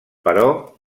però